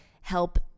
help